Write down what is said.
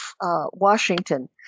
Washington